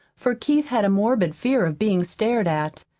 for keith had a morbid fear of being stared at.